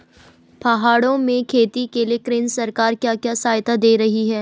पहाड़ों में खेती के लिए केंद्र सरकार क्या क्या सहायता दें रही है?